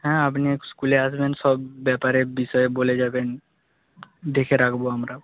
হ্যাঁ আপনি স্কুলে আসবেন সব ব্যাপারে বিষয়ে বলে যাবেন দেখে রাখবো আমরাও